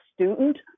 student